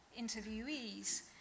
interviewees